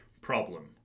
problem